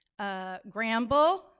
Gramble